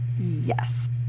Yes